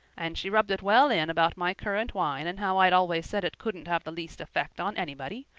and she rubbed it well in about my currant wine and how i'd always said it couldn't have the least effect on anybody.